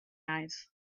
eyes